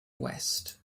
west